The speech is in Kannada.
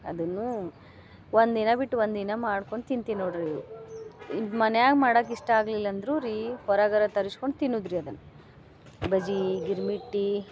ಅದನ್ನೂ ಒಂದಿನ ಬಿಟ್ಟು ಒಂದಿನ ಮಾಡ್ಕೊಳ್ತಾ ತಿಂತೀವಿ ನೋಡ್ರಿ ಇವ ಮನ್ಯಾಗ ಮಾಡಕೆ ಇಷ್ಟ ಆಗಲಿಲ್ಲ ಅಂದ್ರು ರೀ ಹೊರಗರ ತರಿಶ್ಕೊಂಡು ತಿನ್ನುದ ರೀ ಅದನ್ನ ಬಜ್ಜಿ ಗಿರ್ಮಿಟ್ಟಿ